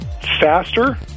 faster